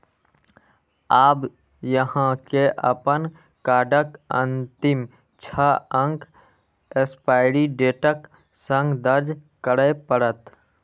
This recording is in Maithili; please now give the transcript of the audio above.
आब अहां के अपन कार्डक अंतिम छह अंक एक्सपायरी डेटक संग दर्ज करय पड़त